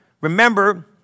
Remember